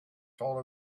told